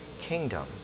kingdom